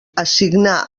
assignar